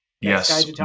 Yes